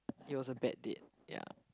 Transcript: it was a bad date ya